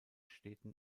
städten